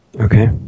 Okay